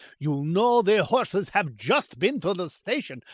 you know the horses have just been to the station.